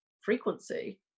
frequency